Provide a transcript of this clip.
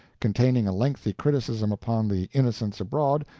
containing a lengthy criticism upon the innocents abroad,